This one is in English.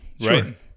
Right